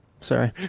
Sorry